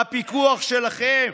בפיקוח שלכם.